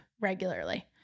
regularly